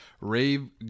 rave